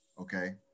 okay